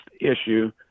issue